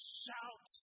shout